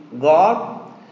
God